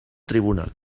tribunal